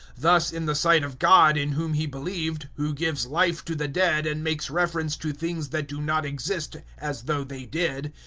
thus in the sight of god in whom he believed, who gives life to the dead and makes reference to things that do not exist, as though they did,